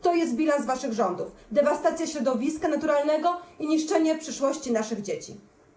To jest bilans waszych rządów dewastacja środowiska naturalnego i niszczenie przyszłości naszych dzieci.